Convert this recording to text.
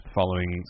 following